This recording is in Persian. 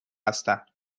هستم